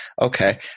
Okay